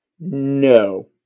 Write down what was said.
No